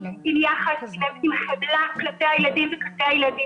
ביקש חבר הכנסת יברקן להגיד כמה מילים,